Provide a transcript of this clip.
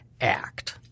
act